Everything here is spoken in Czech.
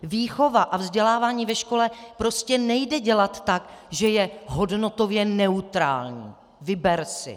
Výchova a vzdělávání ve škole prostě nejde dělat tak, že je hodnotově neutrální: Vyber si.